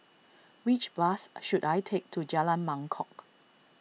which bus should I take to Jalan Mangkok